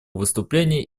выступление